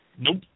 Nope